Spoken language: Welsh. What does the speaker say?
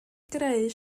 greu